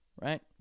right